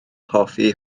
hoffi